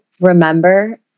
remember